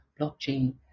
blockchain